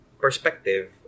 perspective